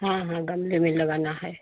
हाँ हाँ गमले में लगाना है